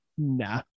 Nah